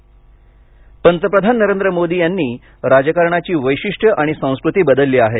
नडडा पंतप्रधान नरेंद्र मोदी यांनी राजकारणाची वैशिष्ट्य आणि संस्कृती बदलली आहे